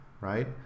right